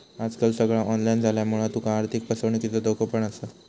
आजकाल सगळा ऑनलाईन झाल्यामुळा तुका आर्थिक फसवणुकीचो धोको पण असा